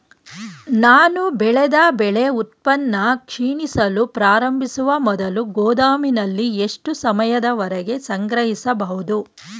ನಾನು ಬೆಳೆದ ಬೆಳೆ ಉತ್ಪನ್ನ ಕ್ಷೀಣಿಸಲು ಪ್ರಾರಂಭಿಸುವ ಮೊದಲು ಗೋದಾಮಿನಲ್ಲಿ ಎಷ್ಟು ಸಮಯದವರೆಗೆ ಸಂಗ್ರಹಿಸಬಹುದು?